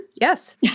Yes